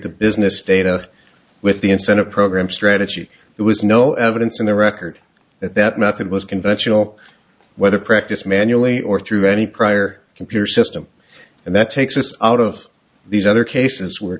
the business data with the incentive program strategy there was no evidence in the record that that method was conventional whether practice manually or through any prior computer system and that takes us out of these other cases where